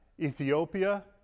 Ethiopia